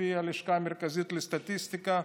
לפי הלשכה המרכזית לסטטיסטיקה,